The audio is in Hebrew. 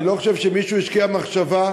אני לא חושב שמישהו השקיע מחשבה,